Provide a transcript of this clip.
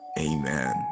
Amen